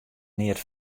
neat